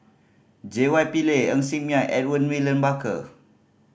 J Y Pillay Ng Ser Miang Edmund William Barker